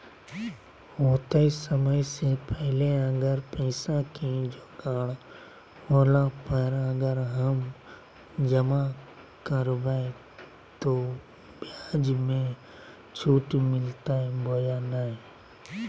होतय समय से पहले अगर पैसा के जोगाड़ होला पर, अगर हम जमा करबय तो, ब्याज मे छुट मिलते बोया नय?